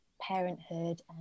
parenthood